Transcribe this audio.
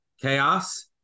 chaos